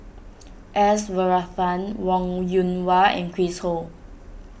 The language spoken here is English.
S Varathan Wong Yoon Wah and Chris Ho